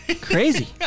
Crazy